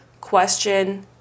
question